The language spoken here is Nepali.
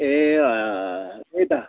ए अँ त्यही त